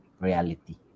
reality